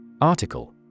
Article